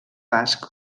basc